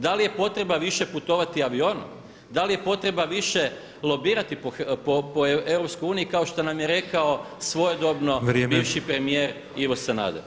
Da li je potreba više putovati avionom, da li je potreba više lobirati po EU kao što nam je rekao svojedobno bivši premijer Ivo Sanader?